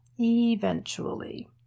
Eventually